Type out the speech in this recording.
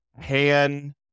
pan